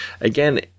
again